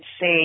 say